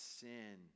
sin